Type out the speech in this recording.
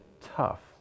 tough